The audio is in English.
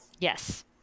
Yes